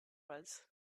was